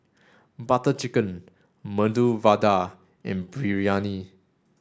Butter Chicken Medu Vada and Biryani